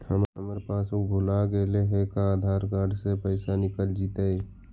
हमर पासबुक भुला गेले हे का आधार कार्ड से पैसा निकल जितै?